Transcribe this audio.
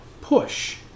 push